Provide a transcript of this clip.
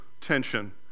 tension